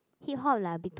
hip-hop like a bit too